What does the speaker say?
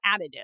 additive